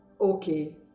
okay